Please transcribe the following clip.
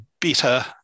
better